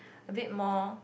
a bit more